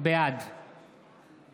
בעד